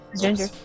ginger